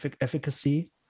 efficacy